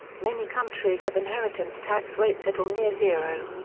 many countries have inheritance tax rates at or near zero.